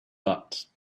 but